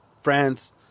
France